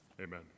Amen